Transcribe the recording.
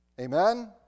amen